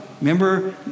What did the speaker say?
remember